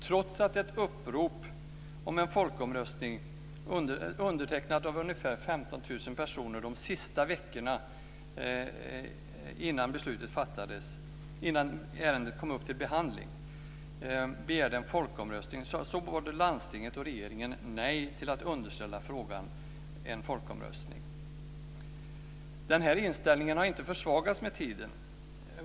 Trots ett upprop om en folkomröstning, undertecknat av ungefär 15 000 personer de sista veckorna innan ärendet kom upp till behandling, sade landstinget och regeringen nej till att underställa frågan en folkomröstning. Den här inställningen har inte försvagats med tiden.